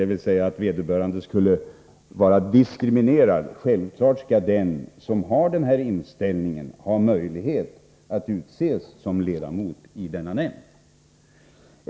Det är givet att även den som har en kritisk inställning skall ha möjlighet att utses till ledamot i en nämnd.